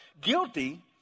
guilty